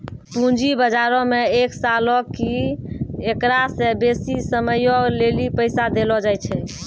पूंजी बजारो मे एक सालो आकि एकरा से बेसी समयो लेली पैसा देलो जाय छै